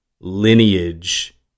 lineage